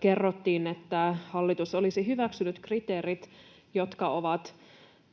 kerrottiin, että hallitus olisi hyväksynyt kriteerit, jotka ovat